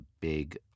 big